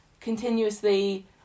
continuously